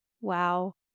wow